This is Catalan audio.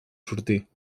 sortir